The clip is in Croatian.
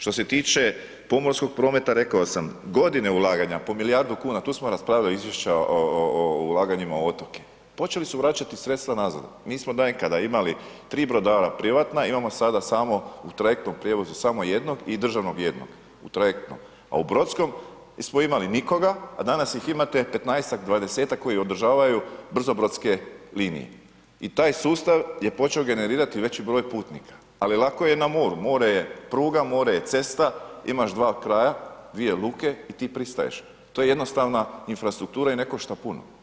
Što se tiče pomorskog prometa rekao sam, godine ulaganja po milijardu kuna, tu smo raspravili izvješća o, o, o ulaganjima u otoke, počeli su vraćati sredstva nazad, mi smo nekada imali 3 brodara privatna, imamo sada samo u trajektnom prijevozu samo jednog i državnog jednog u trajektnom, a u brodskom nismo imali nikoga, a danas ih imate 15-tak, 20-tak koji održavaju brzobrodske linije i taj sustav je počeo generirati veći broj putnika, ali lako je na moru, more je pruga, more je cesta, imaš 2 kraja, 2 luke i ti pristaješ, to je jednostavna infrastruktura i ne košta puno.